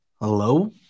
Hello